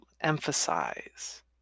emphasize